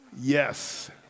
Yes